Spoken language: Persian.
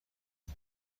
کنی